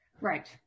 Right